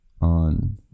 on